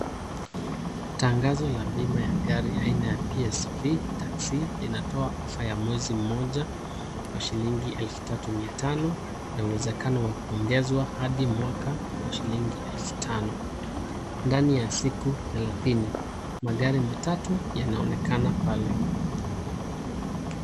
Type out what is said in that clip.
Tangazo la bima ya gari aina ya PSV taxi linatoa offer ya mwezi mmoja kwa shilingi elfu tatu mia tano na uwezekano wa kuongezwa hadi mwaka kwa shilingi elfu tano ndani ya siku thelathini. Magari matatu yanaonekana pale.